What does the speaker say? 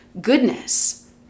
goodness